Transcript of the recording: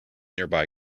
nearby